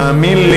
תאמין לי,